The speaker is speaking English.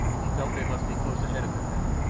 he felt they must be close ahead of him now,